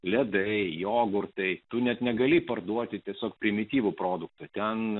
ledai jogurto bei tu net negali parduoti tiesiog primityvų produktą ten